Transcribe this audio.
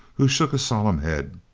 who shook a solemn head.